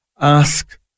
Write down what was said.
ask